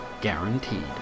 Guaranteed